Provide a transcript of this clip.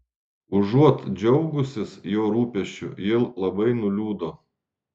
užuot džiaugusis jo rūpesčiu ji labai nuliūdo